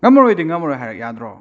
ꯉꯝꯃꯔꯣꯏꯗꯤ ꯉꯝꯃꯔꯣꯏ ꯍꯥꯏꯔꯛ ꯌꯥꯗ꯭ꯔꯣ